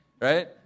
Right